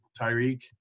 Tyreek